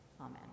Amen